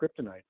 kryptonite